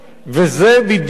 וזה בדיוק,